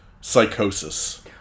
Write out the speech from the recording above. psychosis